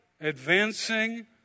advancing